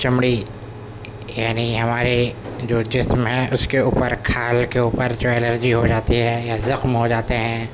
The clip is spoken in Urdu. چمڑی یعنی ہمارے جو جسم ہے اس کے اوپر کھال کے اوپر جو الرجی ہوجاتی ہے یا زخم ہوجاتے ہیں